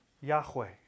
Yahweh